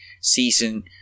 season